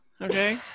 Okay